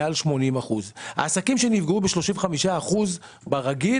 מעל 80%. העסקים שנפגעו ב-35% ברגיל,